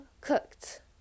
cooked